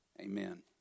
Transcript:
amen